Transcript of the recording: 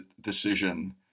decision